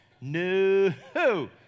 No